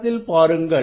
படத்தில் பாருங்கள்